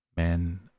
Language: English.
men